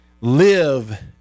live